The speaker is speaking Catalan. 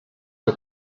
que